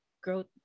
growth